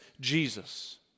Jesus